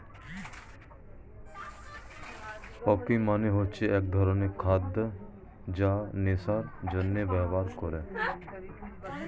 poppy মানে হচ্ছে এক ধরনের খাদ্য যা নেশার জন্যে ব্যবহার করে